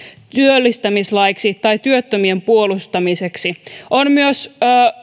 työllistämislaiksi tai työttömien puolustamiseksi on myös